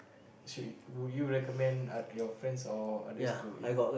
should would you recommend uh your friends or others to eat